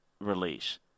release